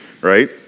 right